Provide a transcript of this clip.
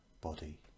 body